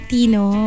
Tino